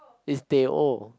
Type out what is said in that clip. is Teh O